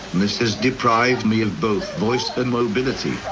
this has deprived me of both voice and mobility,